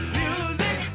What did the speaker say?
music